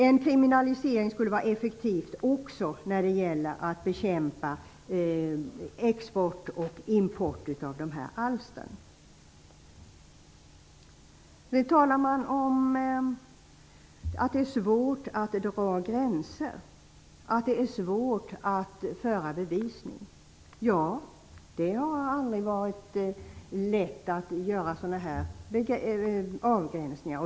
En kriminalisering skulle vara effektiv också när det gäller att bekämpa export och import av de här alstren. Man talar om att det är svårt att dra gränser och att föra bevisning. Det har aldrig varit lätt att göra sådana här avgränsningar.